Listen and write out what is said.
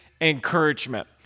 encouragement